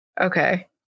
Okay